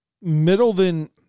Middleton